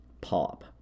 pop